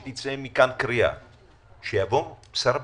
אני מבקש שתצא מכאן קריאה שיבוא שר הביטחון,